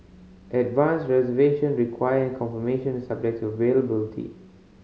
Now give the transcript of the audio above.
advance reservation required and confirmation is subject to availability